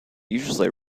usually